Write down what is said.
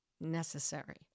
necessary